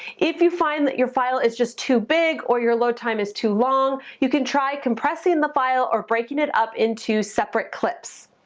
if you find that your file is just too big, or your load time is too long, you can try compressing the file or breaking it up into separate clips.